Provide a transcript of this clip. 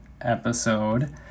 episode